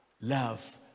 love